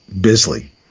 Bisley